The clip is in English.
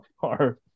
far